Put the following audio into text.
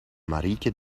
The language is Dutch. marieke